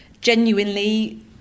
genuinely